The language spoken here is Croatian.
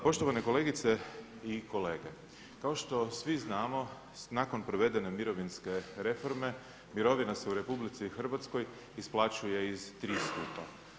Poštovane kolegice i kolege, kao što svi znamo, nakon provedene mirovinske reforme mirovina se u RH isplaćuje iz tri stupa.